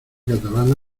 catalana